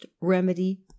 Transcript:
remedy